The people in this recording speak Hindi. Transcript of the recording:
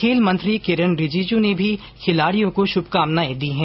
खेल मंत्री किरेन रिजीजू ने भी खिलाड़ियों को शुभकामनाएं दी है